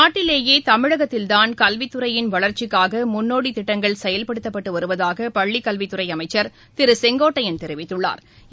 நாட்டிலேயே தமிழகத்தில்தான் கல்வித்துறையின் வளர்ச்சிக்காக முன்னோடித் திட்டங்கள் செயல்படுத்தப்பட்டு வருவதாக பள்ளிக் கல்வித்துறை அமைச்சா் திரு செங்கோட்டையன் தெரிவித்துள்ளாா்